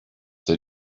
that